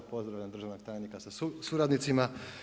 Pozdravljam državnog tajnika sa suradnicima.